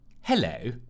Hello